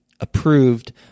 approved